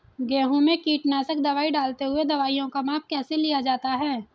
गेहूँ में कीटनाशक दवाई डालते हुऐ दवाईयों का माप कैसे लिया जाता है?